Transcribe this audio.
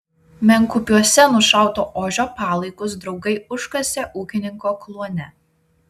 menkupiuose nušauto ožio palaikus draugai užkasė ūkininko kluone